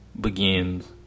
begins